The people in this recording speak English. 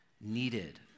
needed